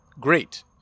great